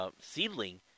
Seedling